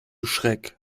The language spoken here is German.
schreck